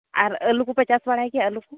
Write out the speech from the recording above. ᱟᱨ ᱟᱹᱞᱩ ᱠᱚᱯᱮ ᱪᱟᱥ ᱵᱟᱲᱟᱭ ᱜᱮᱭᱟ ᱟᱹᱞᱩ ᱠᱚ